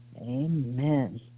Amen